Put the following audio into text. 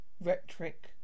rhetoric